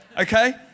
Okay